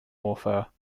warfare